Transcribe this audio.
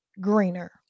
greener